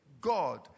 God